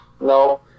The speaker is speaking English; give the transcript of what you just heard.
No